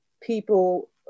people